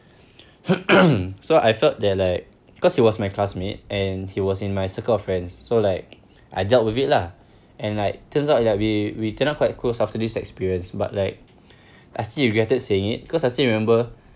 mmhmm so I felt that like cause he was my classmate and he was in my circle of friends so like I dealt with it lah and like turns out that we we turn out quite close after this experience but like I still regretted saying it cause I still remember